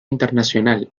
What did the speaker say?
internacional